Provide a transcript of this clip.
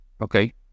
Okay